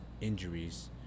injuries